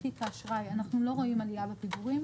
תיק האשראי אנחנו לא רואים עלייה בפיגורים.